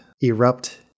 erupt